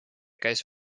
käis